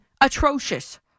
atrocious